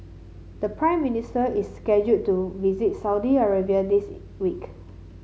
the Prime Minister is scheduled to visit Saudi Arabia this week